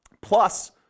plus